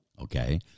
Okay